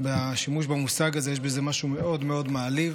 בשימוש במושג הזה יש משהו מאוד מאוד מעליב,